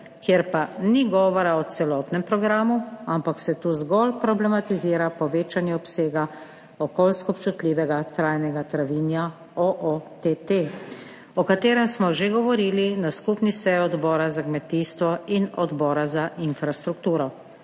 kjer pa ni govora o celotnem programu, ampak se tu zgolj problematizira povečanje obsega okoljsko občutljivega trajnega travinja OOTT, o katerem smo že govorili na skupni seji Odbora za kmetijstvo in Odbora za infrastrukturo.